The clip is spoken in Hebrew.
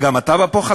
הגם אתה בפוחזים?